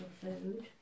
food